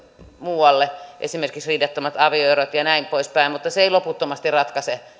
muualle esimerkiksi riidattomat avioerot ja ja näin poispäin mutta se ei loputtomasti ratkaise